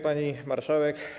Pani Marszałek!